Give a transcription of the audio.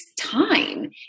time